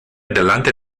delante